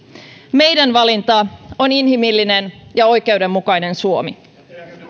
meidän valintamme on inhimillinen ja oikeudenmukainen suomi